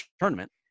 tournament